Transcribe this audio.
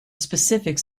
specific